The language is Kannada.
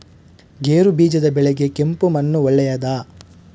ಗೇರುಬೀಜದ ಬೆಳೆಗೆ ಕೆಂಪು ಮಣ್ಣು ಒಳ್ಳೆಯದಾ?